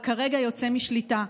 אבל כרגע יוצא משליטה.